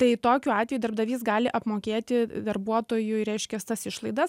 tai tokiu atveju darbdavys gali apmokėti darbuotojui reiškias tas išlaidas